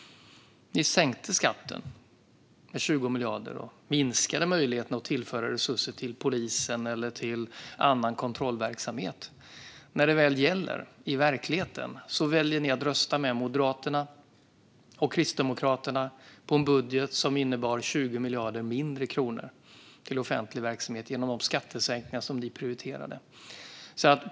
Ni sänkte skatten med 20 miljarder och minskade möjligheterna att tillföra resurser till polisen eller till annan kontrollverksamhet. När det väl gäller i verkligheten väljer ni att rösta med Moderaterna och Kristdemokraterna på en budget som innebär 20 miljarder färre kronor till offentlig verksamhet med de skattesänkningar som ni prioriterar.